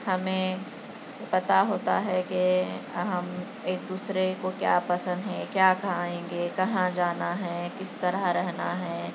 ہمیں پتہ ہوتا ہے کے ہم ایک دوسرے کو کیا پسند ہے کیا کھائیں گے کہاں جانا ہے کس طرح رہنا ہے